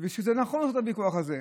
ונכון לעשות את הוויכוח הזה.